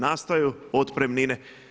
Nastaju otpremnine.